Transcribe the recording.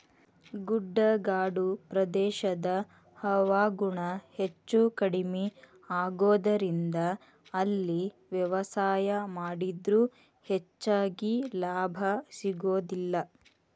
ಗುಡ್ಡಗಾಡು ಪ್ರದೇಶದ ಹವಾಗುಣ ಹೆಚ್ಚುಕಡಿಮಿ ಆಗೋದರಿಂದ ಅಲ್ಲಿ ವ್ಯವಸಾಯ ಮಾಡಿದ್ರು ಹೆಚ್ಚಗಿ ಲಾಭ ಸಿಗೋದಿಲ್ಲ